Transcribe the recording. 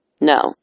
no